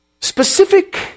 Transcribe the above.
specific